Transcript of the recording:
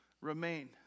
remain